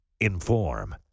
Inform